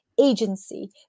agency